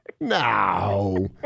No